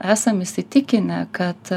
esam įsitikinę kad